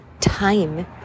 time